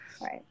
right